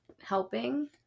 helping